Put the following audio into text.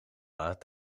laat